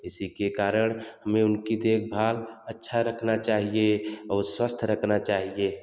इसी के कारण हमें उनकी देखभाल अच्छा रखना चाहिए और स्वस्थ रखना चाहिए